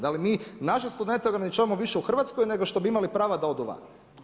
Da li mi naše studente ograničavamo više u Hrvatskoj, nego što bi imali prava da odu van.